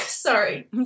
Sorry